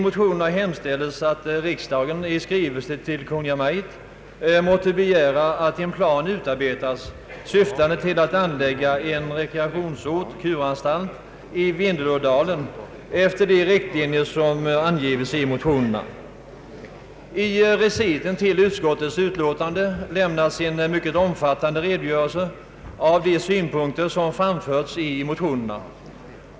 I motionerna hemställes att riksdagen i skrivelse till Kungl. Maj:t måtte begära att en plan utarbetas syftande till att anlägga en rekreationsort — kurortsanstalt — i Vindelådalen efter de riktlinjer som angivits i motionerna. I reciten till utskottets utlåtande lämnas en mycket omfattande redogörelse för de synpunkter som framförts i motionerna.